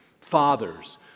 Fathers